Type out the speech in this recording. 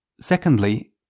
Secondly